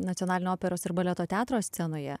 nacionalinio operos ir baleto teatro scenoje